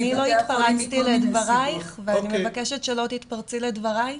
אני לא התפרצתי לדברייך ואני מבקשת שלא תתפרצי לדבריי,